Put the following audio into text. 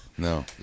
No